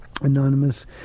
anonymous